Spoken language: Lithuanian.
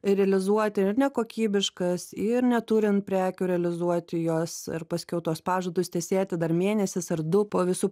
ir realizuoti nekokybiškas ir neturint prekių realizuoti juos ir paskiau tuos pažadus tesėti dar mėnesis ar du po visų